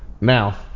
Now